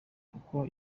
kuko